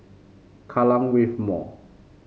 Kallang Wave Mall